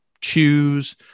choose